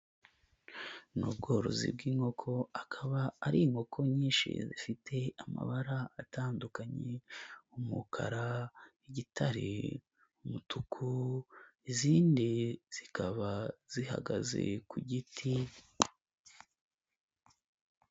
Ni ubworozi bw'inkoko akaba ari inkoko nyinshi zifite amabara atandukanye, umukara, igitare, umutuku izindi zikaba zihagaze ku giti.